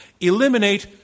Eliminate